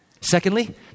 Secondly